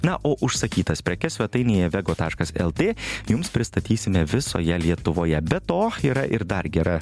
na o užsakytas prekes svetainėje vego taškas lt jums pristatysime visoje lietuvoje be to yra ir dar gera